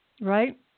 right